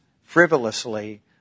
frivolously